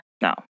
No